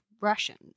Russians